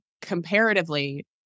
comparatively